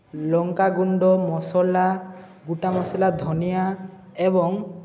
ଲଙ୍କା ଗୁଣ୍ଡ ମସଲା ଗୋଟା ମସଲା ଧନିଆ ଏବଂ